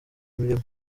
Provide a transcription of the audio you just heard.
imirimo